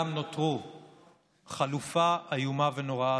בחירות היו וגם נותרו חלופה איומה ונוראה,